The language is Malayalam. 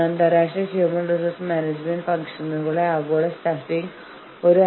വിതരണ വിലപേശലിൽ ഒരു വശം വിജയിക്കുകയും മറുവശം തോൽക്കുകയും ചെയ്യുന്നു